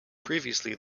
previously